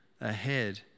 ahead